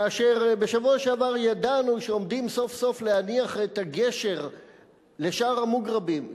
כאשר בשבוע שעבר ידענו שעומדים סוף-סוף להניח את הגשר לשער המוגרבים,